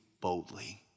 boldly